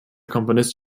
komponist